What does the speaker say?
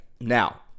now